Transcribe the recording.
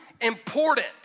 important